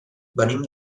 venim